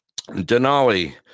Denali